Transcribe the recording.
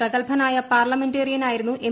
പ്രഗത്ഭനായ പാർലമെന്റേറിയനായിരുന്നു എം